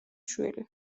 შვილი